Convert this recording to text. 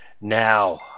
now